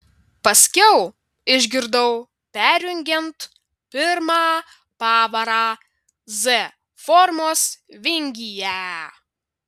paskiau išgirdau perjungiant pirmą pavarą z formos vingyje